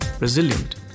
resilient